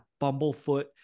bumblefoot